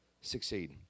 succeed